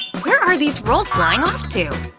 where are these rolls flying off to?